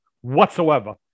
whatsoever